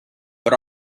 but